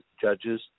judges